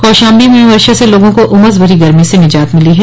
कौशाम्बी में वर्षा से लोगों को उमस भरी गर्मी से निजात मिली है